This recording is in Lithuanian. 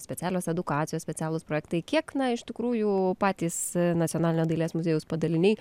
specialios edukacijos specialūs projektai kiek na iš tikrųjų patys nacionalinio dailės muziejaus padaliniai